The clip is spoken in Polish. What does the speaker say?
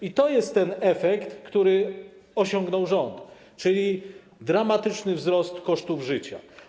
I to jest efekt, który osiągnął rząd, czyli dramatyczny wzrost kosztów życia.